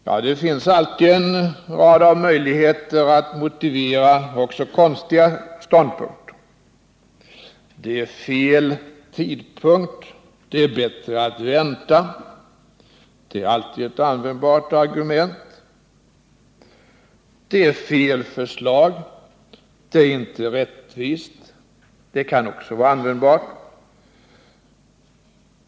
Ja, det finns alltid en rad möjligheter att motivera också konstiga ståndpunkter: Det är fel tidpunkt, det är bättre att vänta. Detta är alltid ett användbart argument. Det är fel förslag, det är inte rättvist. Det argumentet kan också vara användbart.